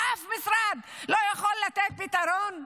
אף משרד לא יכול לתת פתרון?